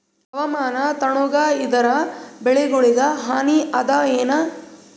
ಹವಾಮಾನ ತಣುಗ ಇದರ ಬೆಳೆಗೊಳಿಗ ಹಾನಿ ಅದಾಯೇನ?